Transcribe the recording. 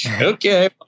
Okay